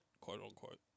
quote-unquote